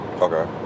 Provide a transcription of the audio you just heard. Okay